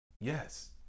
yes